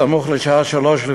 סמוך לשעה 03:00,